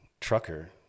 trucker